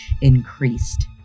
increased